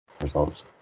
results